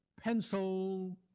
pencil